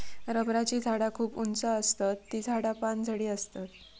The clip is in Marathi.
रबराची झाडा खूप उंच आसतत ती झाडा पानझडी आसतत